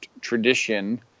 tradition